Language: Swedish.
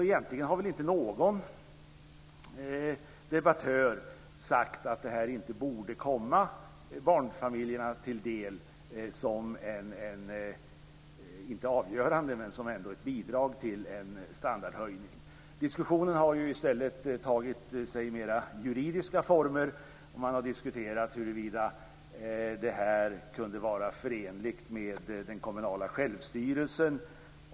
Egentligen är det inte någon debattör som har sagt att detta inte borde komma barnfamiljerna till del som ett bidrag till en standardhöjning. Diskussionen har mera tagit sig juridiska former. Man har diskuterat huruvida detta var förenligt med den kommunala självstyrelsen.